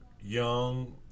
young